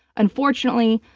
unfortunately,